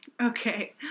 Okay